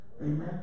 Amen